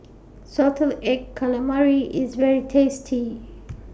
Salted Egg Calamari IS very tasty